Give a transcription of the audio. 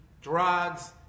drugs